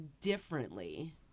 differently